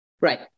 Right